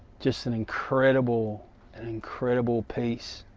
just an incredible an incredible piece